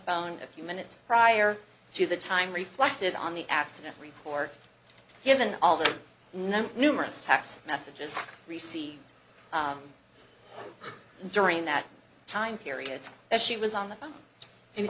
phone a few minutes prior to the time reflected on the accident report given all the number numerous text messages received during that time period that she was on the phone